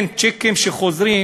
צ'קים שחוזרים